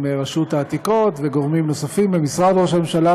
רשות העתיקות וגורמים נוספים במשרד ראש הממשלה,